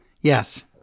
Yes